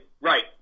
Right